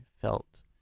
felt